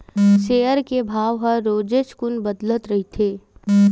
share के भाव ह रोजेच कुन बदलत रहिथे